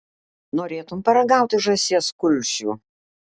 norėtum paragauti žąsies kulšių